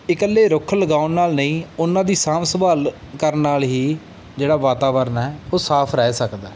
ਇਕੱਲੇ ਰੁੱਖ ਲਗਾਉਣ ਨਾਲ ਨਹੀਂ ਉਹਨਾਂ ਦੀ ਸਾਂਭ ਸੰਭਾਲ ਕਰਨ ਨਾਲ ਹੀ ਜਿਹੜਾ ਵਾਤਾਵਰਨ ਹੈ ਉਹ ਸਾਫ ਰਹਿ ਸਕਦਾ